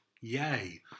yay